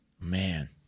Man